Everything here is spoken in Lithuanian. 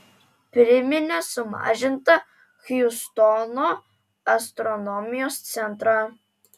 priminė sumažintą hjustono astronomijos centrą